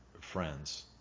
friends